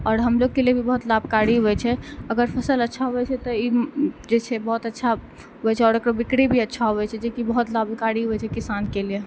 और हमलोग के लिए भी बहुत लाभकारी होइ छै अगर फसल अच्छा होइ छै तऽ ई जे छै बहुत अच्छा होइ छै और एकर बिक्री भी अच्छा होइ छै जेकी बहुत लाभकारी होइ छै किसान के लिए